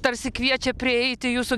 tarsi kviečia prieiti jūsų